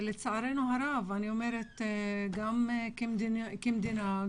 לצערנו הרב, גם כמדינה,